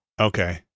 Okay